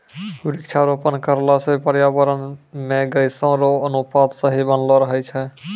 वृक्षारोपण करला से पर्यावरण मे गैसो रो अनुपात सही बनलो रहै छै